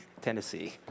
Tennessee